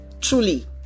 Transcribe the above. truly